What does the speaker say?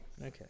Okay